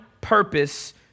purpose